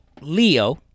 Leo